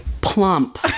Plump